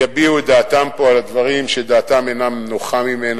יביעו פה את דעתם, את הדברים שדעתם אינה נוחה מהם,